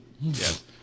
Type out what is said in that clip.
Yes